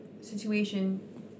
situation